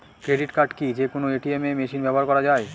Credit card কি যে কোনো এ.টি.এম মেশিনে ব্যবহার করা য়ায়?